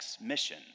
mission